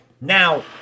Now